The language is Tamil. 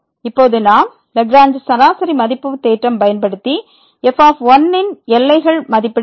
இப்போது நாம் லாக்ரேஞ்ச் சராசரி மதிப்பு தேற்றம் பயன்படுத்தி f ன் எல்லைகள் மதிப்பிட வேண்டும்